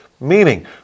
Meaning